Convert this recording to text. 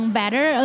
better